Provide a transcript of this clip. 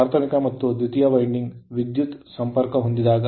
ಪ್ರಾಥಮಿಕ ಮತ್ತು ದ್ವಿತೀಯ ವೈಂಡಿಂಗ್ ವಿದ್ಯುತ್ ಸಂಪರ್ಕಹೊಂದಿದಾಗ